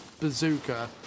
bazooka